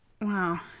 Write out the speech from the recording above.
Wow